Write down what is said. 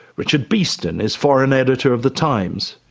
richard beeston is foreign editor of the times.